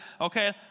Okay